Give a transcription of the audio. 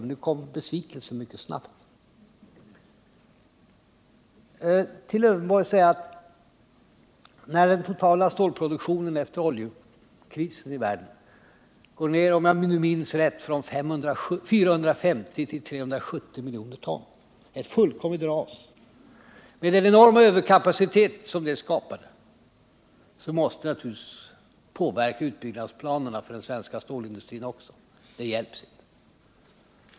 Men nu kom besvikelsen mycket snabbt. Till Alf Löfvenborg vill jag säga att den totala stålproduktionen i världen efter oljekrisen gick ned från 450 till 370 miljoner ton — ett fullkomligt ras. Den enorma överkapacitet som detta skapade måste naturligtvis påverka utbyggnadsplanerna även för den svenska stålindustrin. Det hjälps inte.